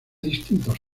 distintos